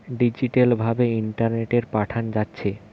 digital ভাবে ইন্টারনেটে পাঠানা যাচ্ছে